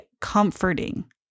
comforting